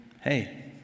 hey